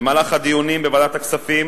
במהלך הדיונים בוועדת הכספים